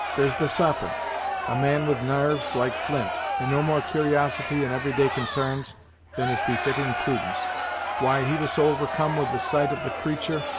there's the sarpent a man with narves like flint, and no more cur'osity in every day consarns than is befitting prudence why he was so overcome with the sight of the creatur',